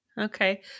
Okay